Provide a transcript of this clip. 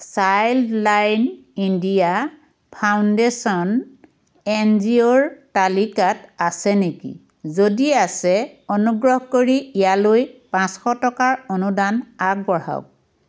child line India foundation N G অ'ৰ তালিকাত আছে নেকি যদি আছে অনুগ্ৰহ কৰি ইয়ালৈ পাঁচশ টকাৰ অনুদান আগবঢ়াওক